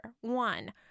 One